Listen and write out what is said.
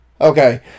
Okay